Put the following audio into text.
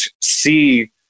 see